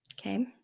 Okay